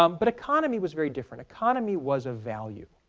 um but economy was very different. economy was a value,